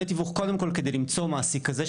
דמי תיווך הם קודם כל כדי למצוא מעסיק כזה,